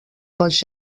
pels